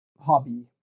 hobby